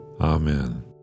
Amen